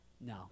no